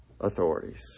authorities